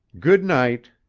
good-night.